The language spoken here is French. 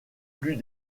plus